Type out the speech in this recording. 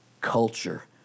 culture